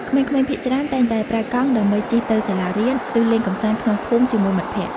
ក្មេងៗភាគច្រើនតែងតែប្រើកង់ដើម្បីជិះទៅសាលារៀន ឬលេងកម្សាន្តក្នុងភូមិជាមួយមិត្តភក្តិ។